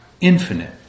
infinite